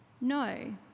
No